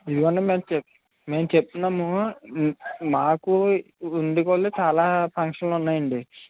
ఇదిగోండి మేము చెప్తు మేము చెప్తున్నాము మాకు ఉండే కొలది చాలా ఫంక్షన్ లు ఉన్నాయండి